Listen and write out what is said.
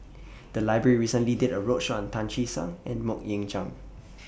The Library recently did A roadshow on Tan Che Sang and Mok Ying Jang